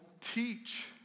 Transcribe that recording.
teach